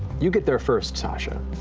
you get there first, sasha,